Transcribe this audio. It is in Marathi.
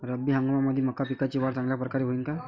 रब्बी हंगामामंदी मका पिकाची वाढ चांगल्या परकारे होईन का?